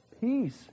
peace